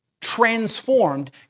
transformed